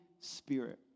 Spirit